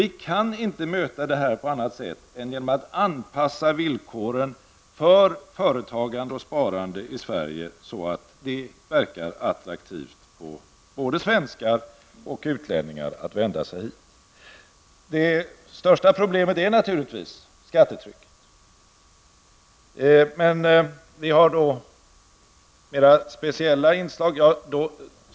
Vi kan inte möta den på annat sätt än genom att anpassa villkoren för företagande och sparande i Sverige så att det verkar attraktivt för både svenskar och utlänningar att vända sig hit. Det största problemet är naturligtvis skattetrycket. Men vi har där mera speciella inslag.